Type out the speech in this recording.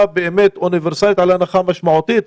באמת אוניברסלית על הנחה משמעותית.